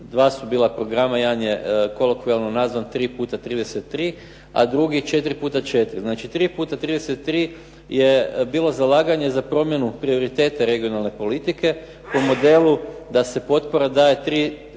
dva su bila programa, jedan je kolokvijalno nazvan 3 puta 33, a drugi 4 puta 4. Znači 3 puta 33 je bilo zalaganje za promjenu prioriteta regionalne politike, po modelu da se potpora daje u